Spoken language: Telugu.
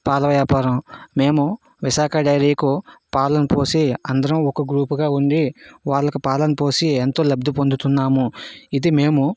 పాల వ్యాపారం మేము విశాఖ డైరీకు పాలను పోసి అందరం ఒక గ్రూప్గా ఉండి వాళ్ళకు పాలను పోసి ఎంతో లబ్ది పొందుతున్నాము ఇది మేము